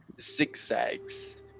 zigzags